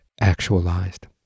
actualized